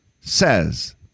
says